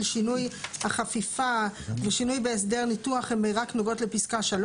שינוי החפיפה ושינוי בהסדר ניתוח הן רק נוגעות לפסקה (3),